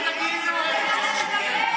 זה מה שיש לכם,